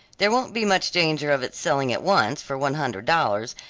there won't be much danger of its selling at once for one hundred dollars,